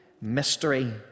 Mystery